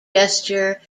gesture